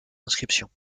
inscriptions